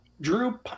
Drew